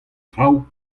traoù